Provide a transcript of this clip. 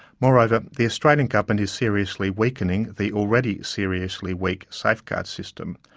moreover, the australian government is seriously weakening the already seriously weak safeguards system.